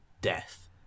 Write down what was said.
death